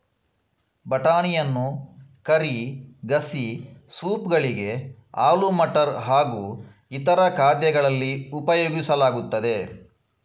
ಬಟಾಣಿಯನ್ನು ಕರಿ, ಗಸಿ, ಸೂಪ್ ಗಳಿಗೆ, ಆಲೂ ಮಟರ್ ಹಾಗೂ ಇತರ ಖಾದ್ಯಗಳಲ್ಲಿ ಉಪಯೋಗಿಸಲಾಗುತ್ತದೆ